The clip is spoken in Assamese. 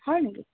হয় নেকি